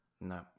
No